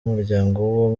umuryango